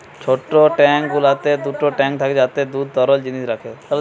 ছোট ট্যাঙ্ক গুলোতে দুটো ট্যাঙ্ক থাকছে যাতে দুধ তরল জিনিস রাখে